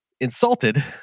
Insulted